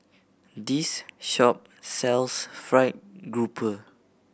this shop sells fried grouper